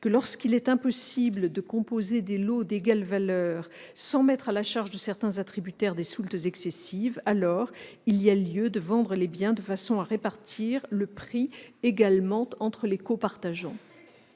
que, lorsqu'il est impossible de composer des lots d'égale valeur sans mettre à la charge de certains attributaires des soultes excessives, il y a lieu de vendre les biens de façon à répartir le prix également entre les copartageants.